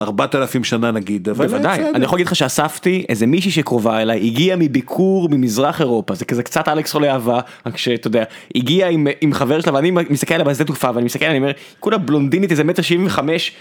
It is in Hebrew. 4000 שנה נגיד אבל אני יכול להגיד לך שאספתי איזה מישהי שקרובה אליי הגיעה מביקור במזרח אירופה זה כזה קצת אלכס חולה אהבה רק שאתה יודע, הגיעה עם חבר שלה ואני מסתכל עליה בשדה תעופה ואני מסתכל עליה אני אומר כולה בלונדינית איזה מטר שבעים וחמש.